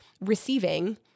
receiving